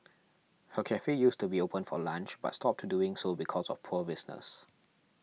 her cafe used to be open for lunch but stopped to doing so because of poor business